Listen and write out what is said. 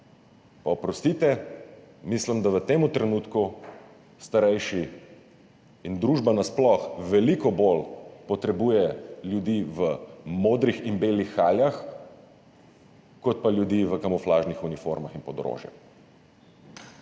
Oprostite, mislim, da v tem trenutku starejši in družba nasploh veliko bolj potrebujejo ljudi v modrem in belih haljah kot pa ljudi v kamuflažnih uniformah in pod orožjem.